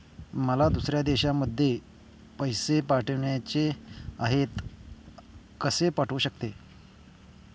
मला दुसऱ्या देशामध्ये पैसे पाठवायचे आहेत कसे पाठवू शकते?